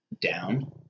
down